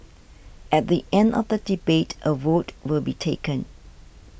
at the end of the debate a vote will be taken